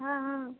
हाँ हाँ